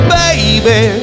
baby